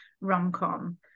rom-com